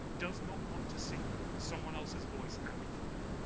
does not want to see someone else's voice amplified.